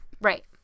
Right